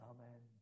Amen